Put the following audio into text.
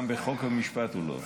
גם בחוק ובמשפט הוא לא מבין.